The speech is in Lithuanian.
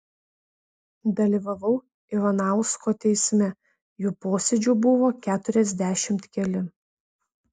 dalyvavau ivanausko teisme jų posėdžių buvo keturiasdešimt keli